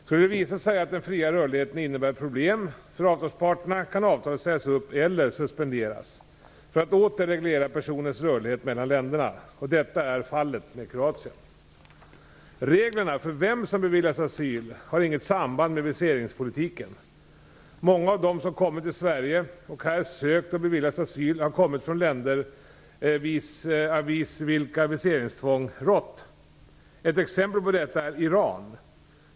Skulle det visa sig att den fria rörligheten innebär problem för avtalsparterna, kan avtalet sägas upp eller suspenderas för att åter reglera personers rörlighet mellan länderna. Detta är fallet med Kroatien. Reglerna för vem som beviljas asyl har inget samband med viseringspolitiken. Många av dem som kommit till Sverige och här sökt och beviljats asyl har kommit från länder visavi vilka viseringstvång rått. Ett exempel på detta är Iran.